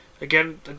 Again